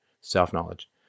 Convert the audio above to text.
self-knowledge